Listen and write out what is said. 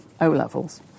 O-levels